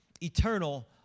eternal